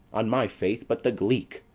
on my faith, but the gleek.